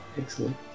Excellent